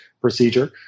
procedure